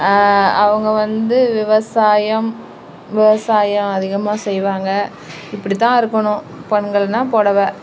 அவங்க வந்து விவசாயம் விவசாயம் அதிகமாக செய்வாங்க இப்படித்தான் இருக்கணும் பெண்கள்னால் பொடவை